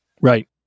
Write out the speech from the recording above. Right